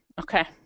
Okay